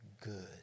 good